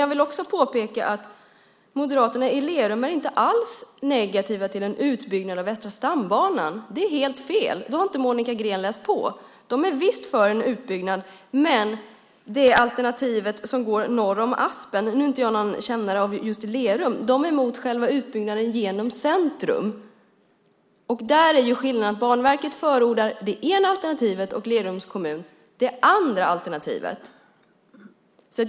Jag vill också påpeka att moderaterna i Lerum inte alls är negativa till en utbyggnad av Västra stambanan. Det är helt fel. Då har Monica Green inte läst på. Man är visst för en utbyggnad, men man föredrar alternativet som går norr om Aspen. Man är emot en utbyggnad genom centrum. Banverket förordar det ena alternativet och Lerums kommun det andra alternativet.